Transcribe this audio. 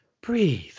breathe